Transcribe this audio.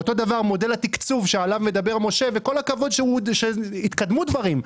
מודל התקצוב שעליו מדבר משה שגיא כל הכבוד שהתקדמו דברים,